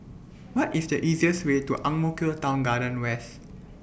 What IS The easiest Way to Ang Mo Kio Town Garden West